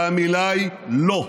והמילה היא לא.